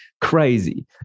Crazy